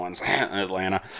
Atlanta